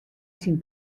syn